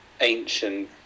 ancient